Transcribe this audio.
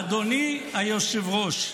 אדוני היושב-ראש,